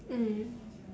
mm